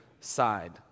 side